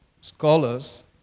scholars